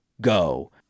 go